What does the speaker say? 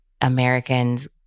Americans